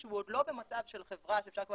שהוא עוד לא במצב של חברה שאפשר כבר